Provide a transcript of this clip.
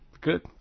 Good